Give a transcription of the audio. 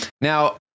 Now